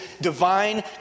divine